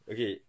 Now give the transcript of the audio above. Okay